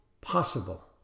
possible